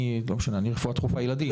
אני רפואה דחופה ילדים,